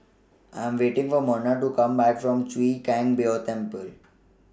I Am waiting For Merna to Come Back from Chwee Kang Beo Temple